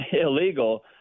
illegal